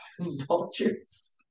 vultures